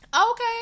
Okay